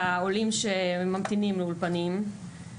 העולים שממתינים לאולפנים.